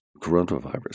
coronavirus